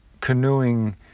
canoeing